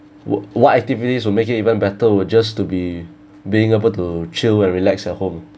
what what activities will make it even better would just to be being able to chill and relax at home